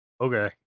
Okay